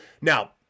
Now